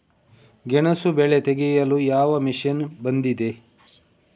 ಗೆಣಸು ಬೆಳೆ ತೆಗೆಯಲು ಯಾವ ಮಷೀನ್ ಬಂದಿದೆ?